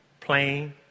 plain